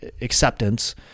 acceptance